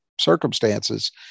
circumstances